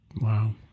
Wow